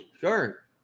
Sure